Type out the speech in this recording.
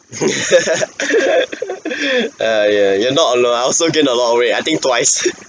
!aiya! you're not alone I also gained a lot of weight I think twice